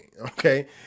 Okay